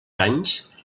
anys